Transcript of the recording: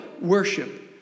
worship